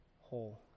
whole